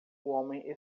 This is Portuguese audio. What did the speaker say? homem